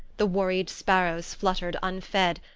the worried sparrows fluttered unfed,